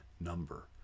number